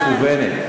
בגולן.